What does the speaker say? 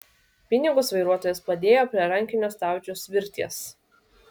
pinigus vairuotojas padėjo prie rankinio stabdžio svirties